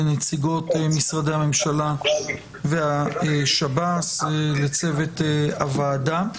לנציגות משרדי הממשלה והשב"ס, לצוות הוועדה.